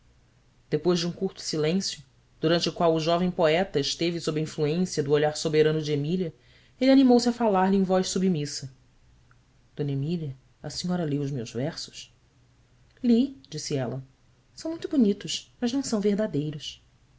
depois de um curto silêncio durante o qual o jovem poeta esteve sob a influência do olhar soberano de emília ele animou-se a falar-lhe em voz submissa mília senhora leu os meus versos i disse ela ão muito bonitos mas não são verdadeiros